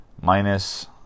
minus